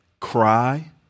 Cry